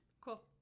Cool